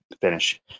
finish